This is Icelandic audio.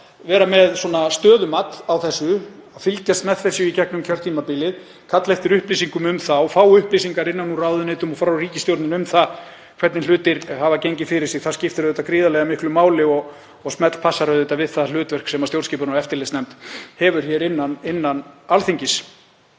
vera með stöðumat á þessu, fylgjast með þessu í gegnum kjörtímabilið, kalla eftir upplýsingum og fá upplýsingar innan úr ráðuneytunum og frá ríkisstjórninni um það hvernig hlutir hafa gengið fyrir sig. Það skiptir gríðarlega miklu máli og smellpassar við það hlutverk sem stjórnskipunar- og eftirlitsnefnd hefur innan Alþingis.